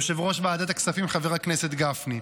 יושב-ראש ועדת הכספים חבר הכנסת גפני,